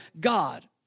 God